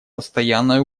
постоянной